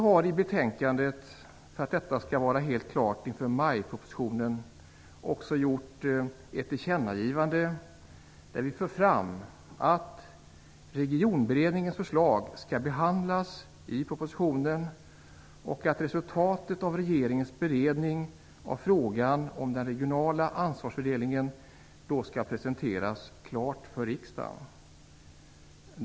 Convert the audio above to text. För att detta skall vara helt klart inför majpropositionen har vi i betänkandet också föreslagit ett tillkännagivande, där vi för fram att Regionberedningens förslag skall behandlas i propositionen och att resultatet av regeringens beredning av frågan om den regionala ansvarsfördelningen då skall presenteras klart för riksdagen.